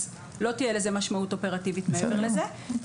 אז לא תהיה לזה משמעות אופרטיבית מעבר לזה.